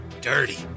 Dirty